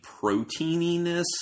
proteininess